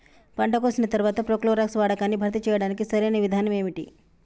పంట కోసిన తర్వాత ప్రోక్లోరాక్స్ వాడకాన్ని భర్తీ చేయడానికి సరియైన విధానం ఏమిటి?